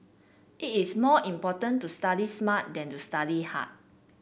it is more important to study smart than to study hard